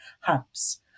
hubs